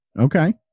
Okay